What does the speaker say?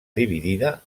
dividida